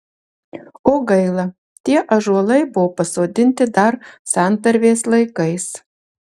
o gaila tie ąžuolai buvo pasodinti dar santarvės laikais